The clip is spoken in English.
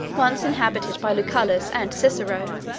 once inhabited by lucullus and cicero,